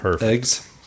eggs